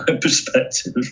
perspective